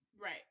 Right